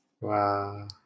Wow